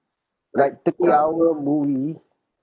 like three hour movie